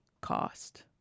cost